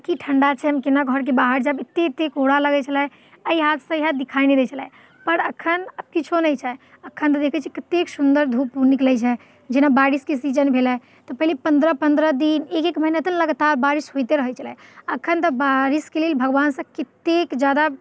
कि ठण्डा छनि केना घरके बाहर जायब एतेक एतेक कोहरा लगैत छलै एहि हाथसँ ओहि हाथ दिखाइ नहि दय छलै पर एखन किछु नहि छै एखन तऽ देखैत छियै कतेक सुन्दर धूप निकलैत छै जेना बारिशके सीजन भेलै पहिले पन्द्रह पन्द्रह दिन एक एक महिना तक लगातार बारिश होइते रहैत छलै एखन तऽ बारिशके लेल भगवानसँ कतेक जादा